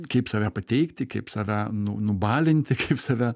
kaip save pateikti kaip save nu nubalinti kaip save